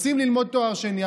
רוצים ללמוד לתואר שני,